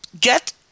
get